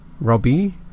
Robbie